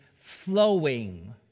flowing